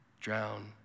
drown